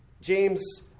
James